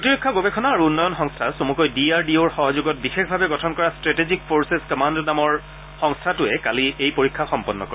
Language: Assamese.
প্ৰতিৰক্ষা গৱেষণা আৰু উন্নয়ন সংস্থা চমুকৈ ডি আৰ ডি অ'ৰ সহযোগত বিশেষভাৱে গঠন কৰা ষ্ট্ৰেটেজিক ফ'ৰ্চেছ কামাণ্ড নামৰ সংস্থাটোৱে কালি এই পৰীক্ষা সম্পন্ন কৰে